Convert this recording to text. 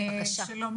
שלום.